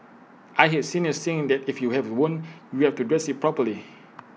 I heard seniors saying that if you have A wound you have to dress IT properly